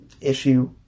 issue